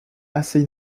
assez